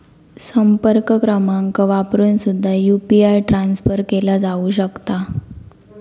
संपर्क क्रमांक वापरून सुद्धा यू.पी.आय ट्रान्सफर केला जाऊ शकता